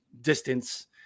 distance